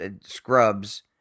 scrubs